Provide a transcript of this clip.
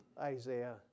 Isaiah